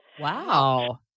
Wow